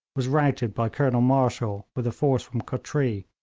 was routed by colonel marshall with a force from kotree,